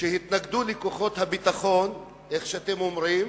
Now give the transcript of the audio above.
שהתנגדו לכוחות הביטחון, כמו שאתם אומרים,